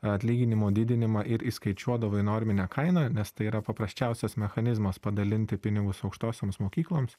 atlyginimų didinimą ir įskaičiuodavo į norminę kainą nes tai yra paprasčiausias mechanizmas padalinti pinigus aukštosioms mokykloms